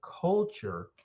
culture